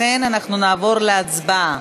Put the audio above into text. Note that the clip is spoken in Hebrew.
לכן נעבור להצבעה.